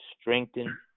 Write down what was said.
strengthen